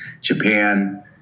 japan